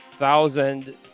thousand